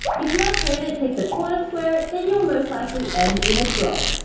if your opponent takes a corner square, then you're most likely end in a draw,